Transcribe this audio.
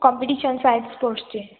competitions स्पोर्ट्सचे